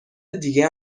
دیگه